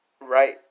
right